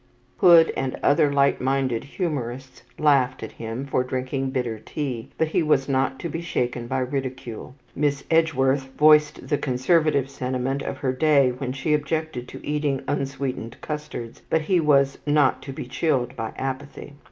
hood and other light-minded humourists laughed at him for drinking bitter tea but he was not to be shaken by ridicule. miss edgeworth voiced the conservative sentiment of her day when she objected to eating unsweetened custards but he was not to be chilled by apathy.